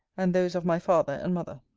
and those of my father and mother.